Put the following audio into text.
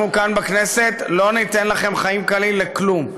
אנחנו כאן, בכנסת, לא נעשה לכם חיים קלים בכלום.